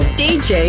dj